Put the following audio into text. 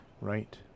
right